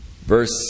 verse